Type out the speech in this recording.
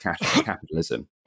capitalism